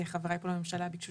חבריי פה לממשלה ביקשו